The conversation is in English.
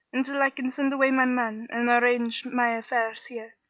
until i can send away my men and arrange my affairs here.